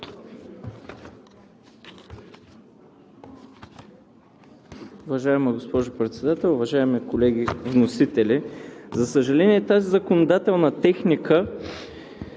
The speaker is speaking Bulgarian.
Уважаема госпожо Председател, уважаеми колеги вносители! За съжаление, тази законодателна техника